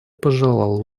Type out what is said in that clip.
пожелал